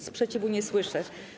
Sprzeciwu nie słyszę.